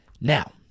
Now